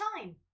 time